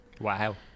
Wow